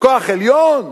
כוח עליון?